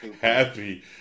happy